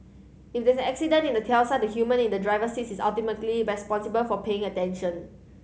if there's an accident in a Tesla the human in the driver's seat is ultimately responsible for paying attention